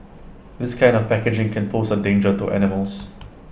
this kind of packaging can pose A danger to animals